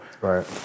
right